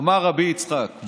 אמר רבי יצחק,